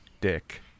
dick